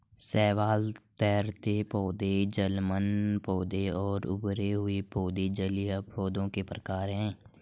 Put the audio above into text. शैवाल, तैरते पौधे, जलमग्न पौधे और उभरे हुए पौधे जलीय पौधों के प्रकार है